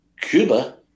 Cuba